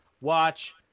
Watch